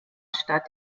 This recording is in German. stadt